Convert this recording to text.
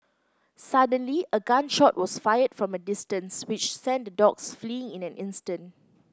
suddenly a gun shot was fired from a distance which sent the dogs fleeing in an instant